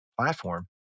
platform